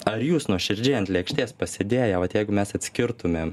ar jūs nuoširdžiai ant lėkštės pasėdėję va jeigu mes atskirtumėm